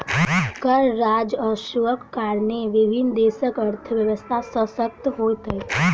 कर राजस्वक कारणेँ विभिन्न देशक अर्थव्यवस्था शशक्त होइत अछि